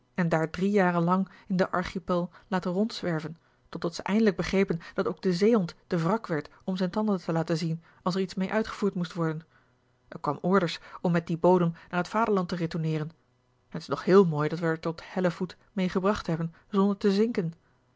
en daar drie jaren lang in den archipel laten rondzwerven totdat ze eindelijk begrepen dat ook de zeehond te wrak werd om zijn tanden te laten zien als er iets mee uitgevoerd moest worden er kwam order om met dien bodem naar t vaderland te retourneeren en t is nog heel mooi dat wij het er tot hellevoet mee gebracht hebben zonder te zinken